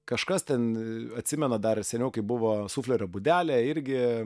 kažkas ten atsimena dar seniau kai buvo suflerio būdelė irgi